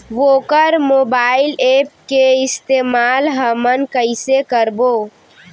वोकर mobile app के इस्तेमाल हमन कइसे करबो?